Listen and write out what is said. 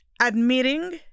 admitting